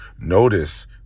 notice